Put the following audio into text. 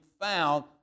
found